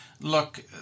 look